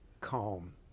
calm